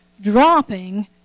dropping